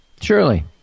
Surely